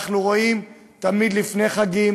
אנחנו רואים תמיד לפני חגים,